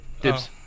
dibs